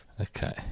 Okay